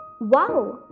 wow